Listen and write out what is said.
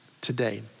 today